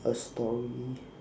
a story